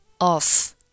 off